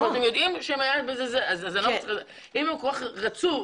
אם הם כל כך רצו,